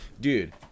Dude